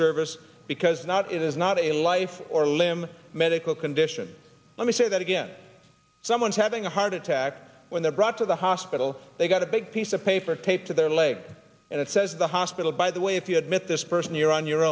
service because not it is not a life or limb medical condition let me say that again someone's having a heart attack when they're brought to the hospital they've got a big piece of paper taped to their leg and it says the hospital by the way if you admit this person you're on your